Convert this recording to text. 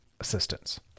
assistance